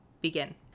begin